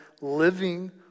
living